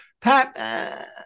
Pat